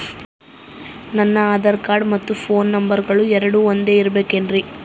ನನ್ನ ಆಧಾರ್ ಕಾರ್ಡ್ ಮತ್ತ ಪೋನ್ ನಂಬರಗಳು ಎರಡು ಒಂದೆ ಇರಬೇಕಿನ್ರಿ?